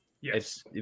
Yes